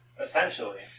Essentially